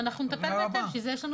מאה אחוז.